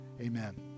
Amen